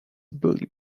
bullet